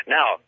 Now